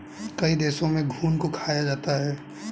कई देशों में घुन को खाया जाता है